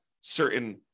certain